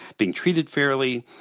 being treated fairly.